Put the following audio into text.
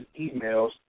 emails